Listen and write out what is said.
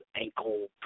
ankle